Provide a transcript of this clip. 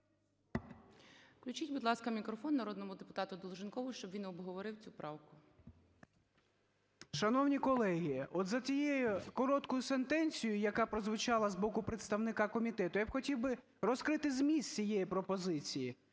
Включіть, будь ласка, мікрофон народному депутатуДолженкову, щоб він обговорив цю правку. 12:59:58 ДОЛЖЕНКОВ О.В. Шановні колеги, от за цією короткою сентенцією, яка прозвучала з боку представника комітету, я б хотів би розкрити зміст цієї пропозиції.